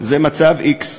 זה מצב x,